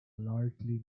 largely